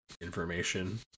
information